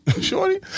shorty